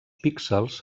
píxels